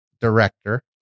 director